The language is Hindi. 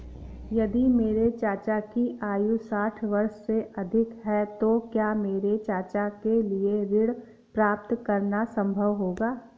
यदि मेरे चाचा की आयु साठ वर्ष से अधिक है तो क्या मेरे चाचा के लिए ऋण प्राप्त करना संभव होगा?